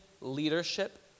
leadership